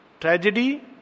tragedy